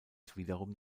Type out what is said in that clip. wiederum